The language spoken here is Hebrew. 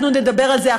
אנחנו נדבר על זה עכשיו.